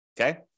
Okay